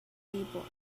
table